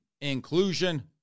Inclusion